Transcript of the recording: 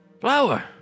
Flower